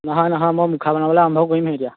নহয় নহয় মই মুখা বনাবলৈ আৰম্ভ কৰিমহে এতিয়া